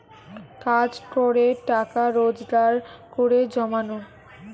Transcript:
কাজ করে টাকা রোজগার করে জমানো